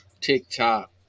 TikTok